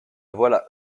voilà